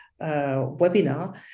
webinar